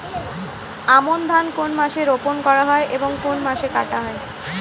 আমন ধান কোন মাসে রোপণ করা হয় এবং কোন মাসে কাটা হয়?